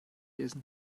lesen